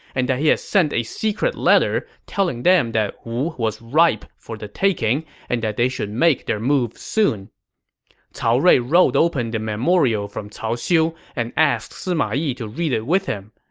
and that he had sent a secret letter telling them that wu was ripe for the taking and that they should make their move soon cao rui rolled open the memorial from cao xiu and asked sima yi to read it with him.